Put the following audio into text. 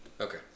Okay